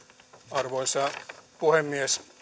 arvoisa puhemies